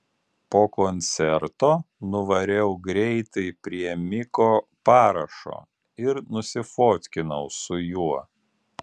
po koncerto nuvariau greitai prie miko parašo ir nusifotkinau su juo